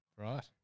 Right